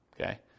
Okay